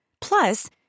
Plus